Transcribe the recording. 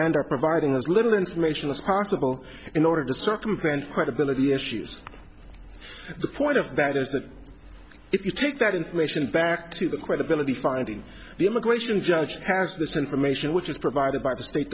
are providing as little information as possible in order to circumvent credibility issues the point of that that is if you take that information back to the credibility finding the immigration judge has this information which is provided by the state